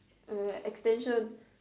uh extension